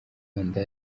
rwanda